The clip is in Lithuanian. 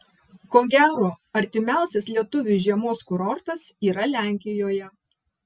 ko gero artimiausias lietuviui žiemos kurortas yra lenkijoje